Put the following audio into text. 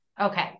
Okay